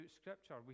Scripture